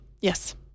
Yes